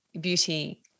beauty